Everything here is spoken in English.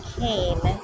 came